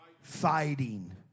fighting